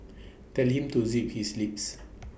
tell him to zip his lips